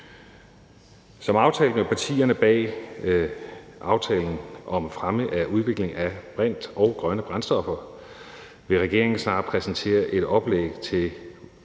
Som aftalt med partierne bag aftalen om fremme af udviklingen af brint og grønne brændstoffer vil regeringen snart præsentere et oplæg,